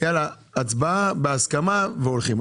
שמצביעים עליו והולכים.